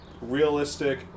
realistic